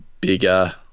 bigger